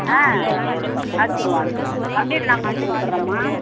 ஆ அடிச்சுடுவோம் அடிச்சுடுவோம் கம்ப்ளீட் நாங்கள் முடித்து கொடுத்துடுவோம்மா